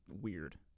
weird